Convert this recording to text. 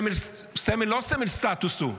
לא סמל סטטוס הוא.